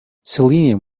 selenium